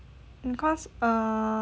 because err